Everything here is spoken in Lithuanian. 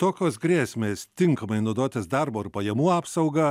tokios grėsmės tinkamai naudotis darbo ir pajamų apsauga